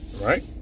right